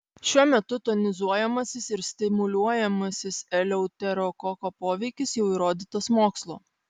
šiuo metu tonizuojamasis ir stimuliuojamasis eleuterokoko poveikis jau įrodytas mokslo